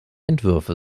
entwürfe